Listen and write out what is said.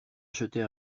acheter